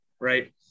Right